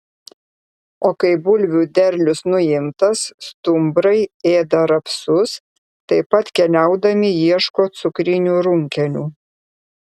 o kai bulvių derlius nuimtas stumbrai ėda rapsus taip pat keliaudami ieško cukrinių runkelių